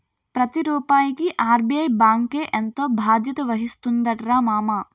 ప్రతి రూపాయికి ఆర్.బి.ఐ బాంకే ఎంతో బాధ్యత వహిస్తుందటరా మామా